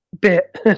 bit